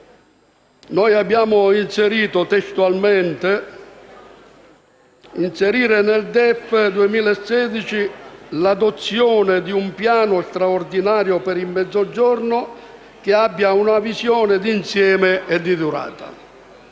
ad inserire nel DEF 2016 l'adozione di un Piano straordinario per il Mezzogiorno che abbia una visione di insieme e di durata;